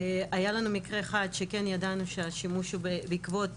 היה לנו מקרה אחד שכן ידענו שהשימוש הוא בעקבות